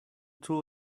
too